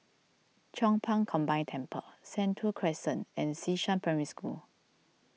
Chong Pang Combined Temple Sentul Crescent and Xishan Primary School